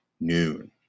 noon